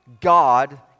God